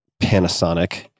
Panasonic